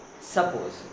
Suppose